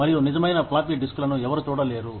మరియు నిజమైన ఫ్లాపీ డిస్కులను ఎవరు చూడలేరు